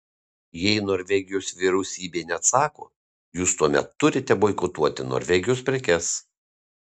jei norvegijos vyriausybė neatsako jūs tuomet turite boikotuoti norvegijos prekes